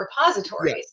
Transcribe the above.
repositories